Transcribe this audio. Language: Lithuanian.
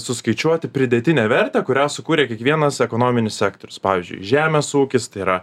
suskaičiuoti pridėtinę vertę kurią sukūrė kiekvienas ekonominis sektorius pavyžiui žemės ūkis tai yra